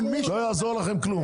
לא יעזור לכם כלום.